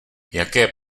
jaké